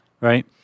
Right